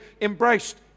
embraced